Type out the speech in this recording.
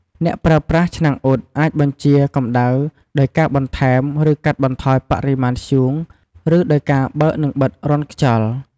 អ្នកប្រើប្រាស់ឆ្នាំងអ៊ុតអាចបញ្ជាកម្ដៅដោយការបន្ថែម ឬកាត់បន្ថយបរិមាណធ្យូង ឬដោយការបើក និងបិទរន្ធខ្យល់ ។